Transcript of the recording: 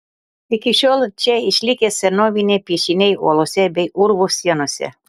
iki šiol čia išlikę senoviniai piešiniai uolose bei urvų sienose